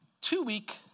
two-week